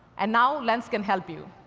and now, lens can help you.